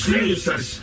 Jesus